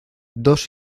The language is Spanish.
dos